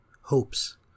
hopes